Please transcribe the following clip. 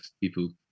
people